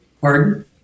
Pardon